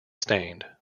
stained